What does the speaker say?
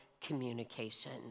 communication